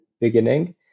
beginning